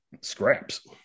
scraps